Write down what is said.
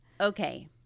okay